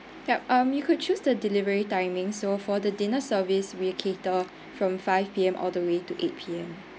yup um you could choose the delivery timing so for the dinner service we cater from five P_M all the way to eight P_M